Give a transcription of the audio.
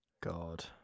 God